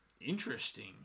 interesting